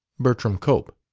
bertram cope.